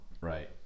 Right